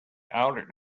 outed